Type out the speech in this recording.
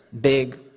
Big